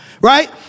right